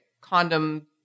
condom